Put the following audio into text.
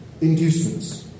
inducements